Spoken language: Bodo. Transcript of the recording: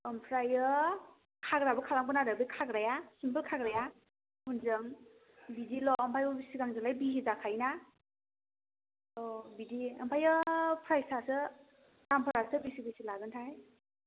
ओमफ्राइयो खाग्राबो खालामगोन आरो बे खाग्राया सिमपोल खाग्राया उनजों बिदिल' ओमफ्राय सिगांजोंलाय बिहि जाखायोना औ बिदि ओमफ्रायो प्राइसयासो दामफ्रासो बेसे बेसे लागोनथाय